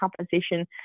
compensation